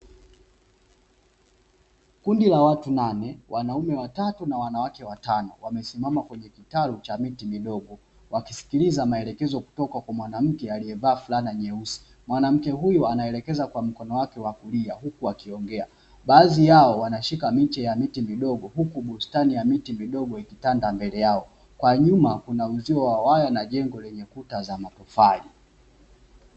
Kundi la watu nane wanaume watatu na wanawake watano wamesimama kwenye kitalu cha miti midogo wakisikiliza maelekezo kutoka kwa mwanamke aliyevaa fulana nyeusi, mwanamke huyu anaelekeza kwa mkono wake wa kulia huku akiongea. Baadhi yao wanashika miche ya miti midogo huku bustani ya miti midogo ikitanda mbele yao, kwa nyuma kuna uzio wa waya na jengo lenye kuta za matofali.